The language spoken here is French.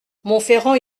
monferrand